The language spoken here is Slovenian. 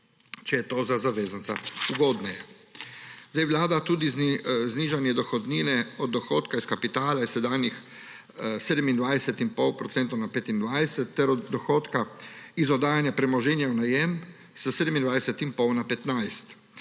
če je to za zavezanca ugodneje. Vlada predlaga tudi znižanje dohodnine od dohodka iz kapitala s sedanjih 27,5 procenta na 25 ter od dohodka iz oddajanja premoženja v najem s 27,5 na 15.